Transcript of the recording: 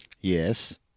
Yes